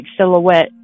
silhouette